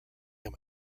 him